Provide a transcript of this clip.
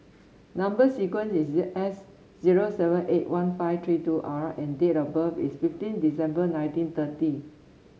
number sequence is S zero seven eight one five three two R and date of birth is fifteen December nineteen thirty